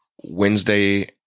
Wednesday